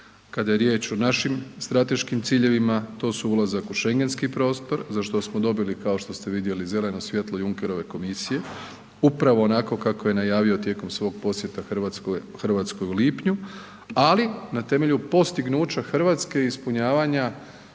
kada je riječ o našim strateškim ciljevima, to su ulazak u Schengenski prostor za što smo dobili kao što ste vidjeli zeleno svjetlo Junckerove komisije, upravo onako kako je najavio tijekom svog posjeta Hrvatskoj u lipnju, ali na temelju postignuća Hrvatske i ispunjavanja